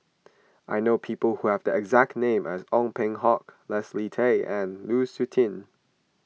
I know people who have the exact name as Ong Peng Hock Leslie Tay and Lu Suitin